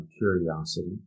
curiosity